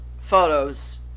photos